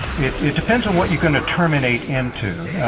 it depends on what you're going to terminate into.